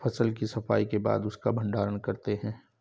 फसल की सफाई के बाद उसका भण्डारण करते हैं